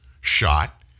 shot